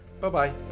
Bye-bye